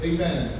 Amen